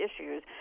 issues